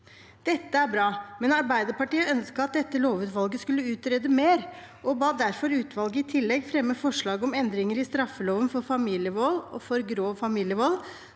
Dette er bra, men Arbeiderpartiet ønsket at dette lovutvalget skulle utrede mer og ba derfor utvalget i tillegg fremme forslag om endringer i straffeloven for familievold og for grov familievold,